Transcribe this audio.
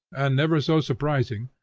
and never so surprising,